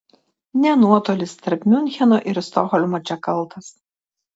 ne nuotolis tarp miuncheno ir stokholmo čia kaltas